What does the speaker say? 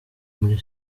muri